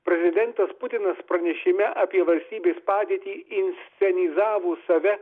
prezidentas putinas pranešime apie valstybės padėtį inscenizavo save